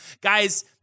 guys